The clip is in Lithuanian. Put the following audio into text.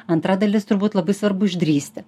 antra dalis turbūt labai svarbu išdrįsti